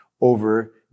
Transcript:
over